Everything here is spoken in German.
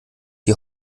die